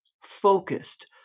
focused